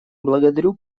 благодарю